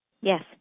Yes